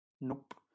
nope